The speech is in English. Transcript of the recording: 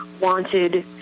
wanted